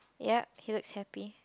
yup he looks happy